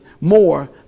more